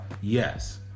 yes